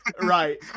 right